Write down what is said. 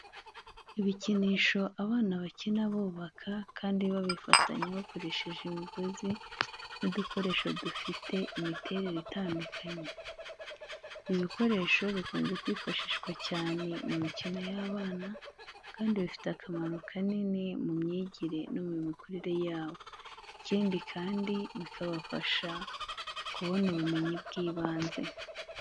Ibikinisho abana bakina bubaka kandi babifatanya bakoresheje imigozi n'udukoresho dufite imiterere itandukanye. Ibi bikoresho bikunze kwifashishwa cyane mu mikino y’abana, kandi bifite akamaro kanini mu myigire no mu mikurire yabo, ikindi kandi bikabafasha kubona ubumenyi bw'ibanze.